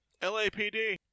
lapd